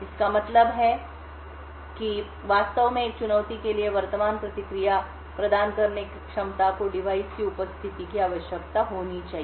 इसका मतलब यह है कि वास्तव में एक चुनौती के लिए वर्तमान प्रतिक्रिया प्रदान करने की क्षमता को डिवाइस की उपस्थिति की आवश्यकता होनी चाहिए